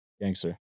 Gangster